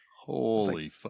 holy